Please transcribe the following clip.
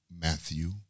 Matthew